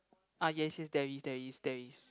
ah yes yes there is there is there is